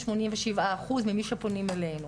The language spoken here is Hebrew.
87 אחוז ממי שפונים אלינו.